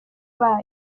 bayo